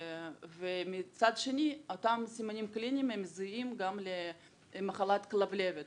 ומצד שני אותם סימנים קליניים זהים גם למחלת כלבלבת,